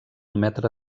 metre